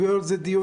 היו על זה דיונים,